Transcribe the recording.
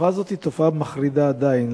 התופעה הזו היא תופעה מחרידה, עדיין.